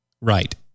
Right